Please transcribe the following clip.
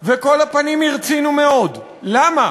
(כל הפנים הרצינו)." למה?